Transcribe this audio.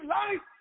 life